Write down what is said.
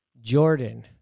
jordan